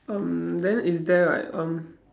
um then is there like um